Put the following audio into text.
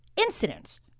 incidents